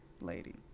lady